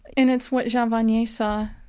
and it's what jean vanier saw,